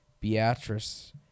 Beatrice